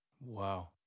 Wow